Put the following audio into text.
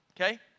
okay